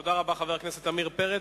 תודה רבה, חבר הכנסת עמיר פרץ.